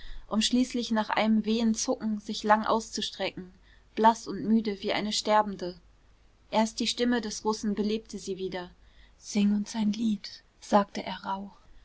um schließlich nach einem wehen zucken sich lang auszustrecken blaß und müde wie eine sterbende erst die stimme des russen belebte sie wieder sing uns ein lied sagte er rauh